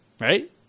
right